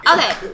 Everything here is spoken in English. Okay